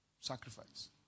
Sacrifice